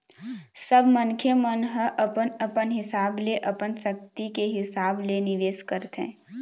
सब मनखे मन ह अपन अपन हिसाब ले अपन सक्ति के हिसाब ले निवेश करथे